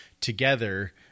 together